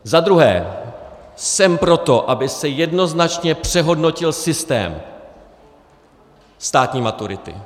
Za druhé, jsem pro to, aby se jednoznačně přehodnotil systém státní maturity.